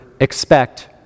expect